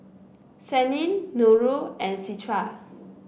Senin Nurul and Citra